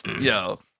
yo